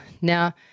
Now